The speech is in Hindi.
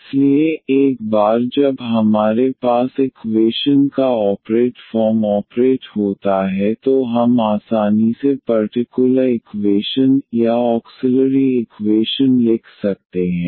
इसलिए एक बार जब हमारे पास इक्वेशन का ऑपरेट फॉर्म ऑपरेट होता है तो हम आसानी से पर्टिकुलर इक्वेशन या ऑक्सिलरी इक्वेशन लिख सकते हैं